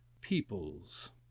peoples